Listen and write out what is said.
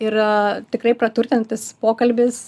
ir tikrai praturtinantis pokalbis